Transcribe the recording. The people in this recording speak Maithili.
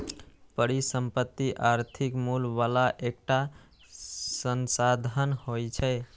परिसंपत्ति आर्थिक मूल्य बला एकटा संसाधन होइ छै